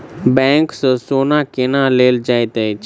bank सँ सोना केना लेल जाइत अछि